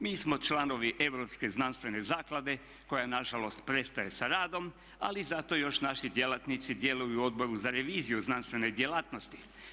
Mi smo članovi Europske znanstvene zaklade koja nažalost prestaje sa radom ali zato još naši djelatnici djeluju u Odbor za reviziju znanstvene djelatnosti.